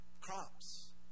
crops